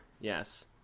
yes